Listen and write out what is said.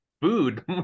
food